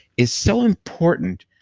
is so important,